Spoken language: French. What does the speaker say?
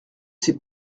c’est